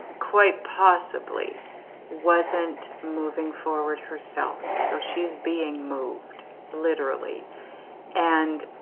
quite possibly wasn't moving forward herself. so she is being moved literally and